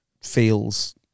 feels